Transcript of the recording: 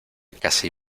casi